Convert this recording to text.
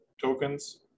tokens